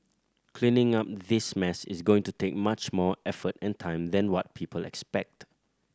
cleaning up this mess is going to take much more effort and time than what people expect